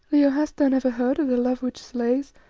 leo, hast thou never heard of the love which slays,